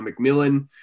McMillan